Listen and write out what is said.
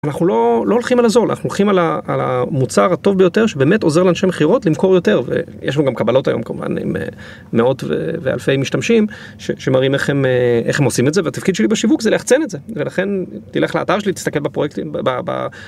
אנחנו לא הולכים על הזול, אנחנו הולכים על המוצר הטוב ביותר שבאמת עוזר לאנשי מכירות למכור יותר ויש לנו גם קבלות היום כמובן עם מאות ואלפי משתמשים שמראים איך הם עושים את זה והתפקיד שלי בשיווק זה ליחצן את זה ולכן תלך לאתר שלי, תסתכל בפרויקטים.